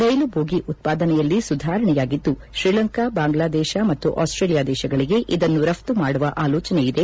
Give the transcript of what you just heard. ರೈಲು bogie ಉತ್ಪಾದನೆಯಲ್ಲಿ ಸುಧಾರಣೆಯಾಗಿದ್ದು ಶ್ರೀಲಂಕಾ ಬಾಂಗ್ಲಾದೇಶ ಮತ್ತು Australia ದೇಶಗಳಿಗೆ ಇದನ್ನು ರಘ್ತ ಮಾಡುವ ಆಲೋಚನೆಯಿದೆ